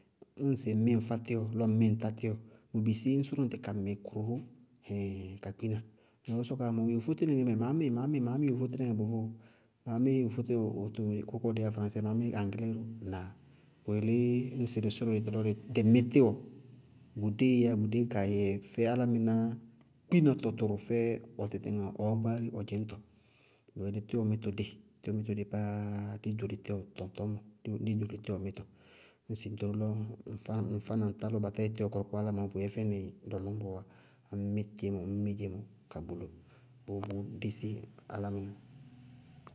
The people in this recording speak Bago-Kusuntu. Ñŋsɩ ŋ mí ŋfá tíwɔ lɔ ŋmɩ́ ŋtá tíwɔ, bʋ bisí ñ sʋrʋ ŋtɩ ka mɩ kʋrʋ ró ɛhɛɛɛŋ ka kpina. Ŋsɩbɔɔ bʋ sɔkɔwá mɔɔ yofó tínɩŋɛ maá míɩ maá míɩ maá mí yofó tínɩŋɛ bʋ vʋʋ, maá mí yofó tíwɔ kʋkɔɔ dɩɩ yáa fraŋsɛɛ, maá mí aŋɩlɛɛ ró. Ŋnáa? Bʋ yelé ñŋsɩ dɩ sʋrʋ dɩtɩ lɔ dɩí mí tíwɔ, bʋdéé yá, bʋdé ka yɛ fɛ álámɩná kpínatɔ tʋrʋ fɛ ɔ tɩtɩŋɛ ɔɔ gbáádʋ ɔ dzɩñtɔ. Bʋyelé tíwɔ mítɔ dée. Tíwɔ mítɔ dé pááá, dí ɖóli tɔŋtɔñmɔ, dí ɖóli tíwɔ mítɔ. Nɩŋsɩ ŋ ɖoró lɔ ŋfá na ŋtá ba táyɛ tíwɔ kʋrʋkpákpá ñba ɔɔ, bʋyɛ fɛ nɩ lɔlɔñbɔɔ wá, ŋñ mí dzémɔ ŋñ mí dzémɔ ka gboló, bʋʋ bʋʋ dési álámɩná.